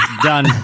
done